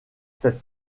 cette